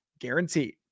guaranteed